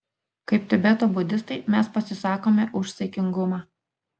kaip tibeto budistai mes pasisakome už saikingumą